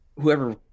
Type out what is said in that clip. whoever